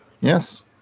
Yes